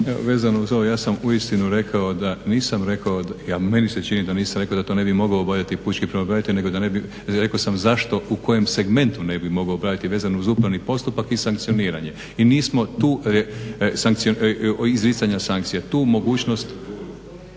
ja sam uistinu rekao da nisam rekao meni se čini da nisam rekao da to ne bi mogao obavljati pučki pravobranitelje nego sam rekao zašto u kojem segmentu ne bi mogao … vezano uz upravni postupak i sankcioniranje. I nismo tu … /Govornik se ne